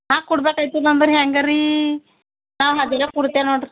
ನಾನು ಕೊಡ್ಬೇಕೈತಿಲ್ಲ ಅಂದರೆ ಹೇಗೆ ರೀ ನಾನು ಹಜಾರ ಕೊಡ್ತೇನೆ ನೋಡಿರಿ